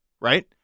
right